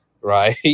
right